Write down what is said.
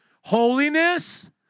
Holiness